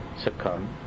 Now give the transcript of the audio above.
succumb